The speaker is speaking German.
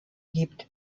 gibt